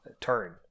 Turn